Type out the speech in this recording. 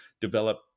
develop